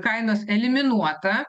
kainos eliminuota